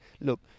Look